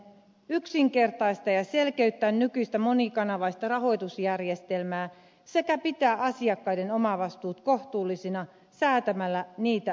yksinkertaistaa ja selkeyttää nykyistä monikanavaista rahoitusjärjestelmää sekä pitää asiakkaiden omavastuut kohtuullisina säätämällä niitä yksiselitteisesti